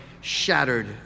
shattered